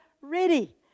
ready